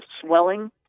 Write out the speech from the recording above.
swelling